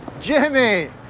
Jimmy